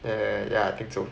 err ya I think so